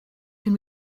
can